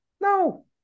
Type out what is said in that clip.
No